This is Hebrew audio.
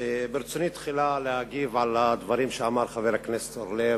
ברצוני להגיב תחילה על הדברים שאמר חבר הכנסת אורלב,